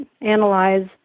analyze